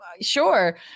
sure